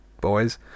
boys